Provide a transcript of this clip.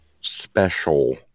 special